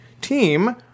team